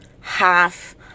half